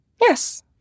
Yes